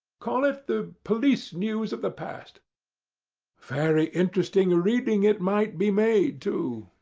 call it the police news of the past very interesting reading it might be made, too,